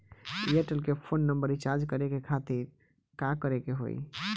Airtel के phone number recharge करे के खातिर का करे के होई?